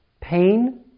pain